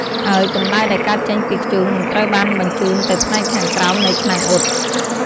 ហើយកម្ដៅដែលកើតចេញពីធ្យូងនឹងត្រូវបានបញ្ជូនទៅផ្នែកខាងក្រោមនៃឆ្នាំងអ៊ុត។